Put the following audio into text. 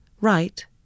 Right